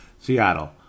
Seattle